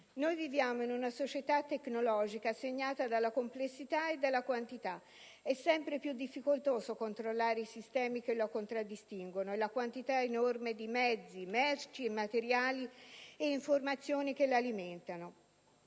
Noi viviamo in una società tecnologica segnata dalla complessità e dalla quantità. È sempre più difficoltoso controllare i sistemi che la contraddistinguono e la quantità enorme di mezzi, merci, materiali ed informazioni che la alimentano.